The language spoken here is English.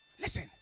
Listen